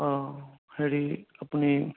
অঁ হেৰি আপুনি